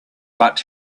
but